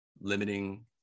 limiting